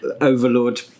overlord